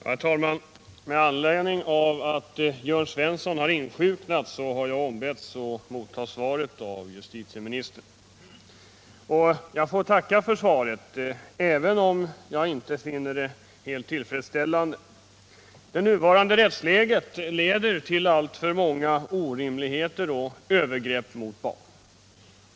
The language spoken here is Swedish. Herr talman! Med anledning av att Jörn Svensson insjuknat har jag ombetts att motta svaret av justitieministern. Jag får tacka tr svaret, även om jag inte finner det tillfredsställande. Det nuvarande rättsläget leder till alltför många orimligheter och övergrepp mot barn.